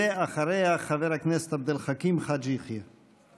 ואחריה, חבר הכנסת עבד אל חכים חאג' יחיא.